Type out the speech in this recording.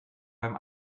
beim